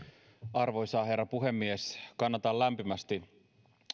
arvoisa herra puhemies kannatan lämpimästi